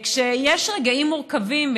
כשיש רגעים מורכבים,